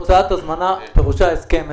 הוצאת הזמנה דורשת הסכם.